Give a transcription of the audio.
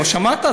לא שמעת?